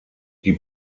die